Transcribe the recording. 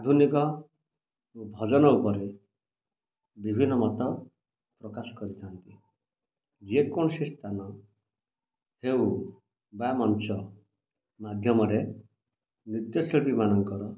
ଆଧୁନିକ ଓ ଭଜନ ଉପରେ ବିଭିନ୍ନ ମତ ପ୍ରକାଶ କରିଥାନ୍ତି ଯେକୌଣସି ସ୍ଥାନ ହେଉ ବା ମଞ୍ଚ ମାଧ୍ୟମରେ ନୃତ୍ୟ ଶିଳ୍ପୀମାନଙ୍କର